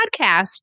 podcast